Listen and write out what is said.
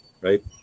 right